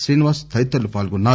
శ్రీనివాస్ తదితరులు పాల్గొన్నారు